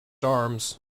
arms